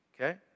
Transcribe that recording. okay